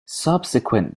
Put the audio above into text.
subsequent